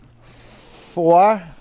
Four